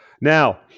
Now